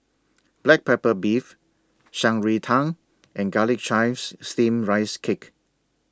Black Pepper Beef Shan Rui Tang and Garlic Chives Steamed Rice Cake